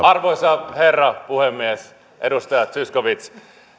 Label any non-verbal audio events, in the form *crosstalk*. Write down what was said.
*unintelligible* arvoisa herra puhemies edustaja zyskowicz